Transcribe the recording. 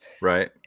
Right